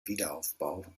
wiederaufbau